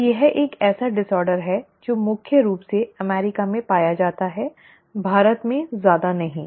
तो यह एक ऐसा विकार है जो मुख्य रूप से अमेरिका में पाया जाता है भारत में ज्यादा नहीं